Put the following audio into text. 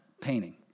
painting